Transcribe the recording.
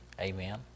amen